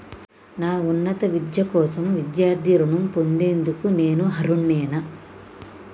నా ఉన్నత విద్య కోసం విద్యార్థి రుణం పొందేందుకు నేను అర్హుడినేనా?